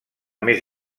més